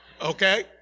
okay